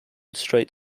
straight